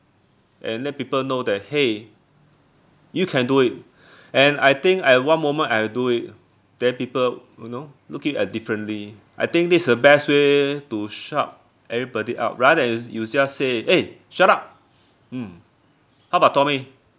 and let people know that !hey! you can do it and I think at one moment I'll do it then people you know look it at differently I think this is the best way to shut everybody up rather you you just say eh shut up mm how about tommy